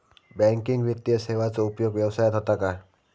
Banking वित्तीय सेवाचो उपयोग व्यवसायात होता काय?